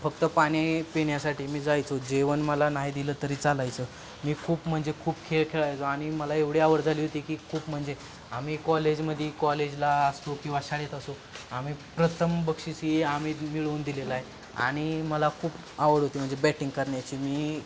फक्त पाणी पिण्यासाठी मी जायचो जेवण मला नाही दिलं तरी चालायचं मी खूप म्हणजे खूप खेळ खेळायचो आणि मला एवढी आवड झाली होती की खूप म्हणजे आम्ही कॉलेजमध्ये कॉलेजला असतो किंवा शाळेत असो आम्ही प्रथम बक्षीस हे आम्ही मिळवून दिलेलं आहे आणि मला खूप आवड होती म्हणजे बॅटिंग करण्याची मी